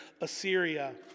Assyria